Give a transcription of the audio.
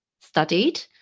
studied